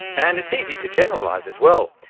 and it's easy to generalise as well.